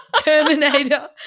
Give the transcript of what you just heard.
Terminator